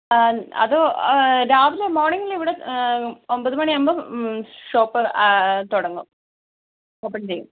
അതോ രാവിലെ മോർണിംഗിൽ ഇവിടെ ഒമ്പത് മണി ആവുമ്പോൾ ഷോപ്പ് തുടങ്ങും ഓപ്പൺ ചെയ്യും